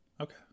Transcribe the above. Okay